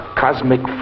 cosmic